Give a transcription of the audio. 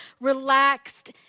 relaxed